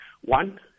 one